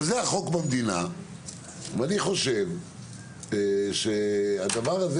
אבל זה החוק במדינה ואני חושב שהדבר הזה